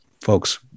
folks